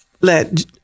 let